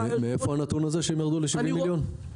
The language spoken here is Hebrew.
--- מאיפה הנתון הזה שהם ירדו ל-70 מיליון?